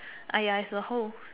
ah ya is the hole